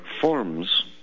forms